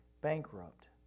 bankrupt